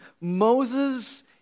Moses